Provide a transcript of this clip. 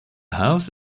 house